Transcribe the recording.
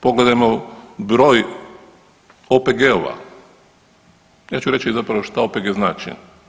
Pogledajmo broj OPG-ova, ja ću reći zapravo šta OPG znači.